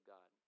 God